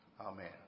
Amen